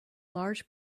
large